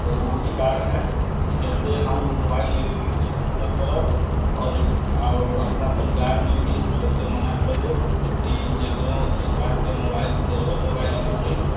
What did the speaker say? तऽ ओ बेकार है ई चलते हम उ मोबाइल लेबैके कोशिश नहि करब आओर आओर अपना परिवारमे भी हम सबके मना कऽ देब की ककरो स्पार्कके मोबाइल गड़बड़ मोबाइल होइ छै